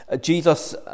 Jesus